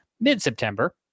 mid-September